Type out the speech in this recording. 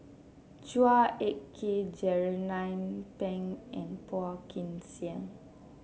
Chua Ek Kay Jernnine Pang and Phua Kin Siang